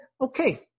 okay